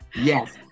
Yes